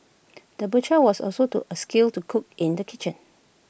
the butcher was also to A skilled to cook in the kitchen